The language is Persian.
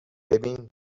ببین